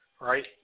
right